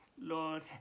Lord